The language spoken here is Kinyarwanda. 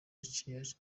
yaciye